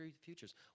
futures